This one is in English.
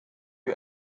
you